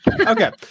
okay